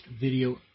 video